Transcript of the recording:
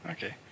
Okay